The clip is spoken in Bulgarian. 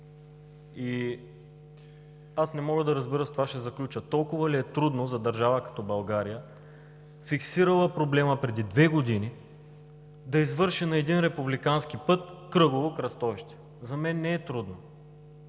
Не мога да разбера – с това ще завърша: толкова ли е трудно за държава като България, фиксирала проблема преди две години, да извърши на един републикански път кръгово кръстовище? За мен не е трудно.